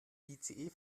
ice